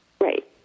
Right